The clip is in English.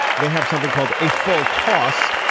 they have something called a full toss,